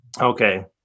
Okay